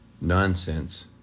nonsense